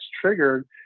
triggered